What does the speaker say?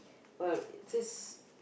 well it is